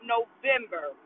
November